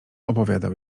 opowiadał